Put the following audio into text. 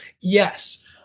yes